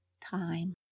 time